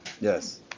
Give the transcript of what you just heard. Yes